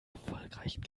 erfolgreichen